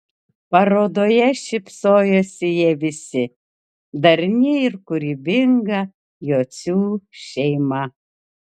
parodoje šypsojosi jie visi darni ir kūrybinga jocių šeima